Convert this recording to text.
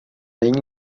není